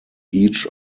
each